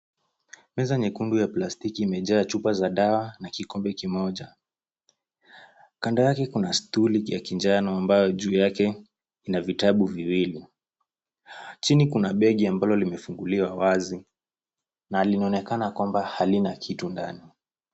Meza nyekundu ya plastiki imejaa chupa za dawa na kikombe kimoja. Kando yake kuna stuli ya kijano ambayo juu yake ina vitabu viwili. Chini kuna begi ambalo limefunguliwa wazi. Na linaonekana kwamba halina kitu ndani.